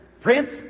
prince